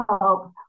help